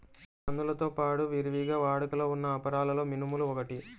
కందులతో పాడు విరివిగా వాడుకలో ఉన్న అపరాలలో మినుములు ఒకటి